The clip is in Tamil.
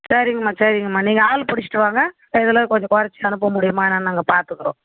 சரிங்கம்மா சரிங்கம்மா நீங்கள் ஆள் புடிச்சுட்டு வாங்க இதில் கொஞ்சம் குறச்சி அனுப்ப முடியுமா என்னான்னு நாங்கள் பார்த்துக்கறோம்